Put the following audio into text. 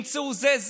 ימצאו את זה,